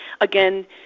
Again